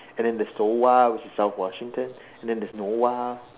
and then there is souwa which is South washington and then there's norwa